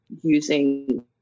using